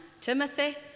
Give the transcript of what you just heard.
Timothy